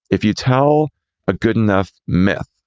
if you tell a good enough myth,